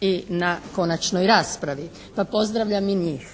i na konačnoj raspravi pa pozdravljam i njih.